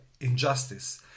injustice